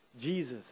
Jesus